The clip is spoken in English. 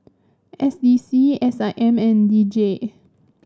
S D C S I M and D J